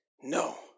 no